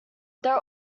there